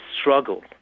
struggle